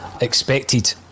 expected